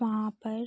वहाँ पर